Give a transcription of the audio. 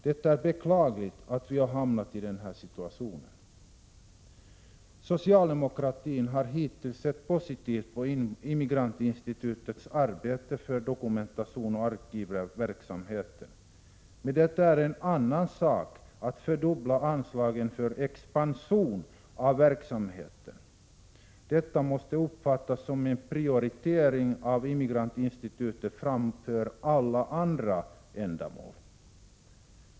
Det är beklagligt att vi har hamnat i denna situation. Socialdemokratin har hittills sett positivt på Immigrantinstitutets arbete för dokumentation och arkivering. Men det är en annan sak att fördubbla anslagen för expansion av verksamheten. Detta måste uppfattas som en prioritering av Immigrantinstitutet framför alla andra ändamål.